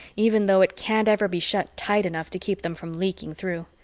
even though it can't ever be shut tight enough to keep them from leaking through.